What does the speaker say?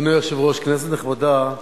אדוני היושב-ראש, כנסת נכבדה,